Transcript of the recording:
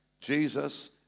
Jesus